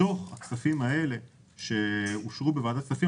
בתוך הכספים האלה שאושרו בוועדת הכספים,